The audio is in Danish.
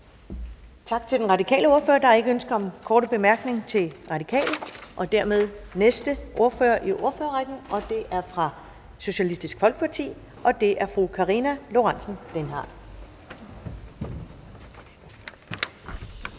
Tak til den radikale ordfører, der er ikke ønske om korte bemærkninger: Og dermed er det den næste ordfører i ordførerrækken, som er fra Socialistisk Folkeparti, og det er fru Karina Lorentzen Dehnhardt.